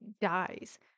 dies